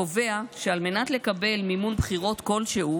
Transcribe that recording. קובע שעל מנת לקבל מימון בחירות כלשהו